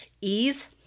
ease